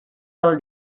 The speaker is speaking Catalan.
del